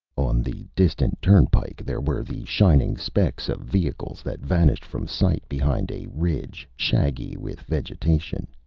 on the distant turnpike there were the shining specks of vehicles that vanished from sight behind a ridge shaggy with vegetation.